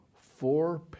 four